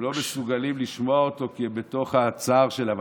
הם לא מסוגלים לשמוע אותו כי הם בתוך הצער שלהם,